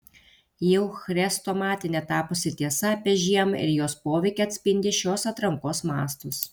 jau chrestomatine tapusi tiesa apie žiemą ir jos poveikį atspindi šios atrankos mastus